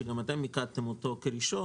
שגם אתם מיקדתם אותו כראשון,